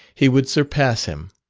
he would surpass him.